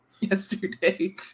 yesterday